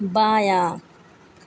بایاں